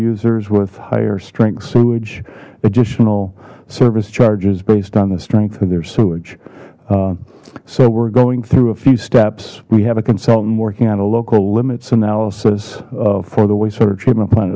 users with higher strength sewage additional service charges based on the strength of their sewage so we're going through a few steps we have a consultant working on a local limits analysis for the wastewater treatment plant